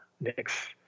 next